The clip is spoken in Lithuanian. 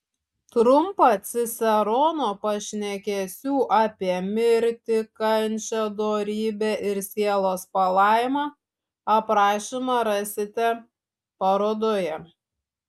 trumpą cicerono pašnekesių apie mirtį kančią dorybę ir sielos palaimą aprašymą rasite parodoje